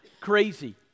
crazy